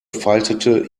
faltete